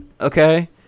Okay